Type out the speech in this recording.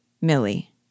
Millie